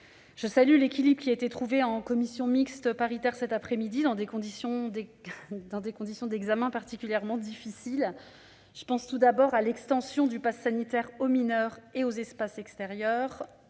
Je salue l'équilibre trouvé en commission mixte paritaire cet après-midi dans des conditions d'examen particulièrement difficiles. Je pense à l'extension du passe sanitaire aux mineurs et aux espaces extérieurs,